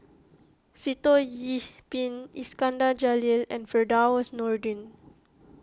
Sitoh Yih Pin Iskandar Jalil and Firdaus Nordin